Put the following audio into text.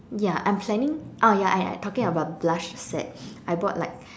yeah I'm planning ah ya I I talking about brush set I bought like